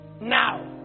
now